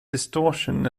distortion